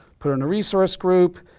put in a resource group,